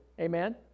Amen